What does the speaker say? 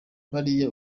bariya